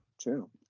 true